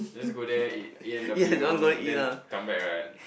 just go there in in a view then come back right